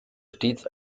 stets